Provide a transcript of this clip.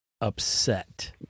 upset